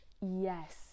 Yes